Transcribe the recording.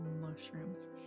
mushrooms